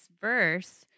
verse